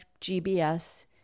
GBS